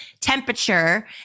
temperature